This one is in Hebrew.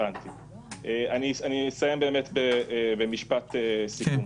אסיים במשפט סיכום.